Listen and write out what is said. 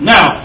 Now